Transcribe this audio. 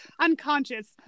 unconscious